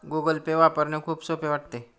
Google Pay वापरणे खूप सोपे वाटते